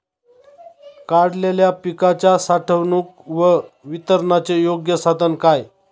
काढलेल्या पिकाच्या साठवणूक व वितरणाचे योग्य साधन काय?